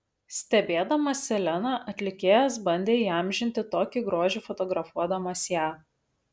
stebėdamas seleną atlikėjas bandė įamžinti tokį grožį fotografuodamas ją